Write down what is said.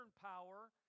power